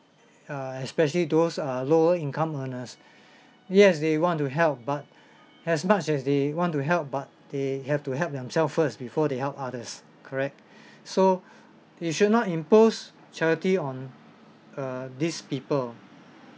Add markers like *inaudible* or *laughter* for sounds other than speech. err especially those err lower income earners *breath* yes they want to help but as much as they want to help but they have to help themselves first before they help others correct *breath* so *breath* you should not impose charity on err these people